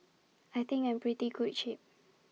I think I'm in pretty good shape